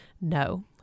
No